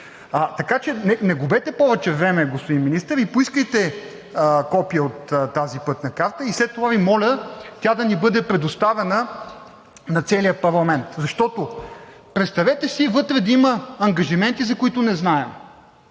Така че не губете повече време, господин Министър, и поискайте копие от тази Пътна карта, и след това Ви моля тя да ни бъде предоставена на целия парламент, защото представете си вътре да има ангажименти, за които не знаем,